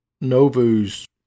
Novu's